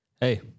hey